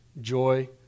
Joy